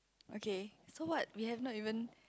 okay so what we have not even